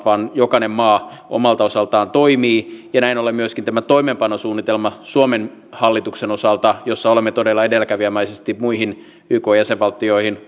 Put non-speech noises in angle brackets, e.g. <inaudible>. <unintelligible> vaan jokainen maa omalta osaltaan keskittyy ja näin ollen myöskin tämä toimeenpanosuunnitelma suomen hallituksen osalta jossa olemme todella edelläkävijämäisesti useimpiin muihin ykn jäsenvaltioihin <unintelligible>